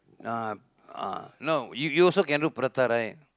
ah ah no you you also can do prata right